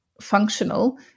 functional